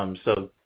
um so,